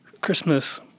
Christmas